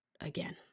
again